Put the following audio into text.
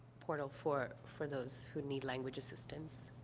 portal for for those who need language assistance.